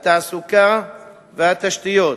התעסוקה והתשתיות,